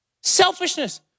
selfishness